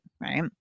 Right